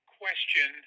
question